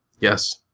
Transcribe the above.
Yes